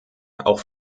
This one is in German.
auch